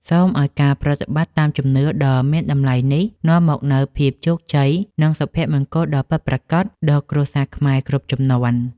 សូមឱ្យការប្រតិបត្តិតាមជំនឿដ៏មានតម្លៃនេះនាំមកនូវភាពជោគជ័យ និងសុភមង្គលដ៏ពិតប្រាកដដល់គ្រួសារខ្មែរគ្រប់ជំនាន់។